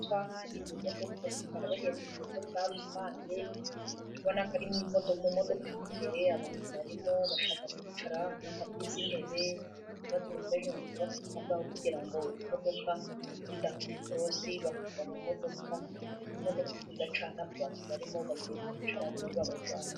Ahangaha ni mu modoka zitwara bagenzi mu buryo bwa rusange, urabona ko ari mu modoka mo n'imbere, abantu barimo bashaka kwicara, hano hariho izi ntebe, twa tuntu two hejuru bafataho kugirango imodoka idakata ikorosi bakagwa mu modoka, imodoka nziza cyane, abantu barimo bagiye kwicara ubundi babajyane.